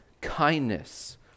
kindness